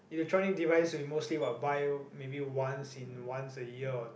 electronic device we mostly what buy maybe once in once a year or